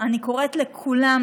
אני קוראת לכולם,